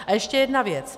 A ještě jedna věc.